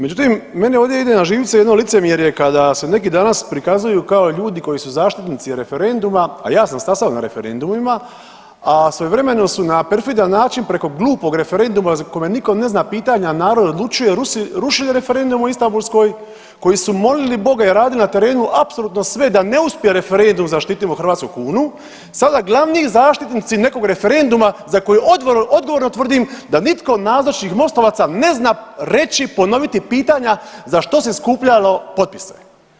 Međutim, meni ovdje ide na živce jedno licemjerje kada se neki danas prikazuju kao ljudi koji su zaštitnici referenduma, a ja sam stasao na referendumima, a svojevremeno su na perfidni način preko glupog referenduma kome nitko ne zna pitanja Narod odlučuje rušili referendum o Istanbulskoj, koji su molili boga i radili na terenu apsolutno sve da ne uspije referendum zaštitimo hrvatsku kunu sada glavni zaštitnici nekog referenduma za koji odgovorno tvrdim da nitko od nazočnih MOST-ovaca ne zna reći, ponoviti pitanja za što se skupljalo potpise.